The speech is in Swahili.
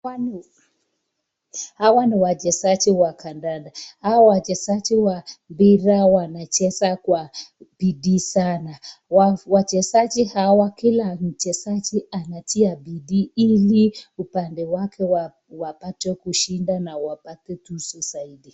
Hawa ni wachezaji wa kandanda hawa wachezaji wa mpira wanacheza kwa bidii sana ,wachezaji hawa Kila mchezaji anatia bidii hili upande wake wapate kushinda na wapate tuzo zaidi.